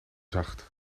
zacht